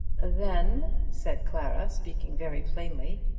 then, said clara, speaking very plainly,